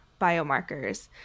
biomarkers